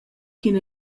ch’in